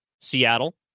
Seattle